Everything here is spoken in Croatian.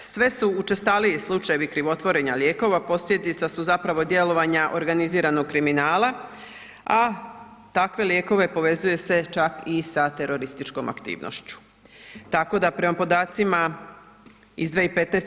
Sve su učestaliji slučajevi krivotvorenja lijekova, posljedica su zapravo djelovanja organiziranog kriminala, a takve lijekove povezuje se čak i sa terorističkom aktivnošću, tako da prema podacima iz 2015.